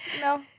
No